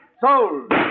sold